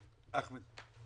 אחמד.